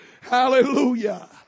Hallelujah